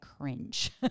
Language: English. cringe